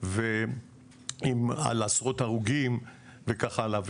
על עשרות הרוגים וכך הלאה.